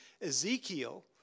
Ezekiel